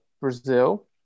Brazil